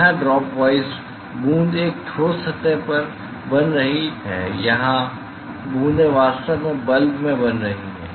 यहाँ dropwise बूँद एक ठोस सतह पर बन रही है यहाँ बूँदें वास्तव में बल्ब में बन रही हैं